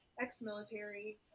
ex-military